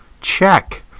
check